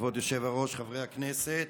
כבוד היושב-ראש, חברי הכנסת,